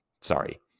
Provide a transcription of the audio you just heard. sorry